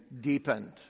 deepened